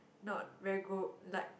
not very good like